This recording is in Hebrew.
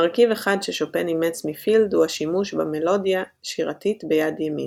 מרכיב אחד ששופן אימץ מפילד הוא השימוש במלודיה שירתית ביד ימין.